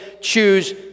choose